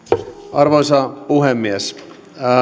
arvoisa puhemies